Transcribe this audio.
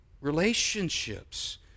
relationships